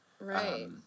Right